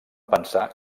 pensar